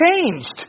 changed